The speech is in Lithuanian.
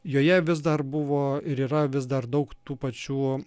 joje vis dar buvo ir yra vis dar daug tų pačių